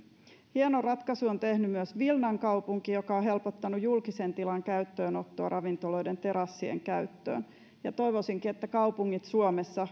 hienon ratkaisun on tehnyt myös vilnan kaupunki joka on on helpottanut julkisen tilan käyttöönottoa ravintoloiden terassien käyttöön toivoisinkin että kaupungit suomessa